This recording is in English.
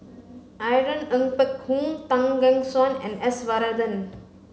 Irene Ng Phek Hoong Tan Gek Suan and S Varathan